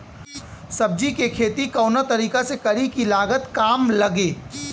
सब्जी के खेती कवना तरीका से करी की लागत काम लगे?